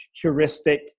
heuristic